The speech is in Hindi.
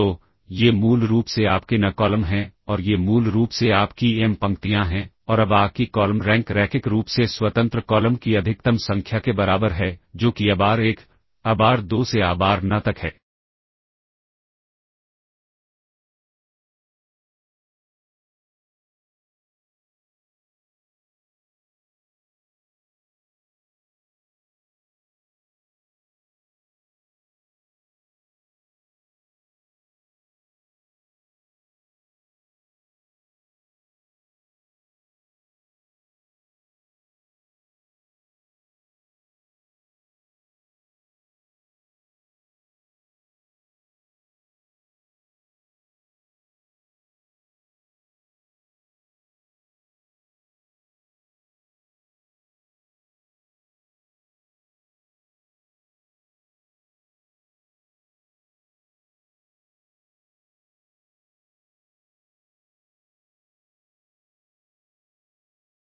तो ये मूल रूप से आपके n कॉलम हैं और ये मूल रूप से आपकी m पंक्तियाँ हैं और अब A की कॉलम रैंक रैखिक रूप से स्वतंत्र कॉलम की अधिकतम संख्या के बराबर है जो कि abar1 abar2 से A बार n तक है